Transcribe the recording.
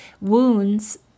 wounds